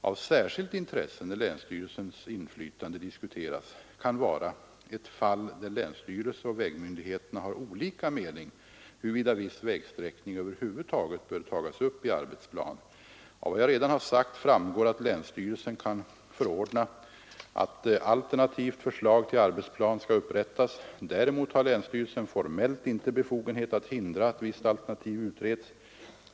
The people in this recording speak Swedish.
Av särskilt intresse när länsstyrelsens inflytande diskuteras kan vara ett fall där länsstyrelsen och vägmyndigheterna har olika mening huruvida viss vägsträckning över huvud taget bör tas upp i arbetsplan. Av vad jag redan har sagt framgår att länsstyrelsen kan förordna att alternativt förslag till arbetsplan skall upprättas. Däremot har länsstyrelsen formellt inte befogenhet att hindra att visst alternativ utreds.